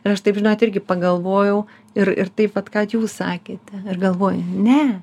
aš taip žinot irgi pagalvojau ir ir taip vat ką jūs sakėte ir galvoju ne